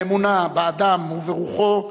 האמונה באדם וברוחו,